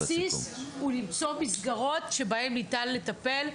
הבסיס הוא למצוא מסגרות שבהן ניתן לטפל,